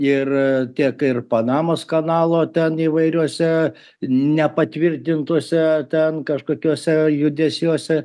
ir tiek ir panamos kanalo ten įvairiuose nepatvirtintuose ten kažkokiuose judesiuose